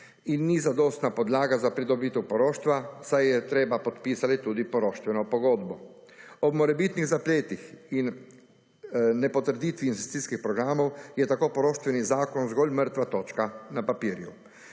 in ni zadostna podlaga za pridobitev poroštva, saj je treba podpisati tudi poroštveno pogodbo. Ob morebitnih zapletih in ne-potrditvi investicijskih programov je tako poroštvenih zakon zgolj mrtva točka na papirju.